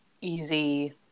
easy